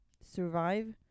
Survive